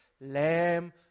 Lamb